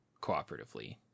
cooperatively